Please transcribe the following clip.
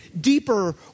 deeper